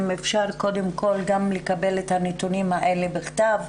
אם אפשר לקבל את הנתונים האלה גם בכתב.